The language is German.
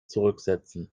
zurücksetzen